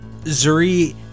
Zuri